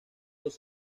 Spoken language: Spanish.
los